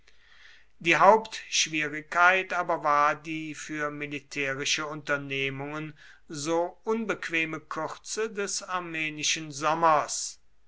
die hauptschwierigkeit aber war die für militärische unternehmungen so unbequeme kürze des armenischen sommers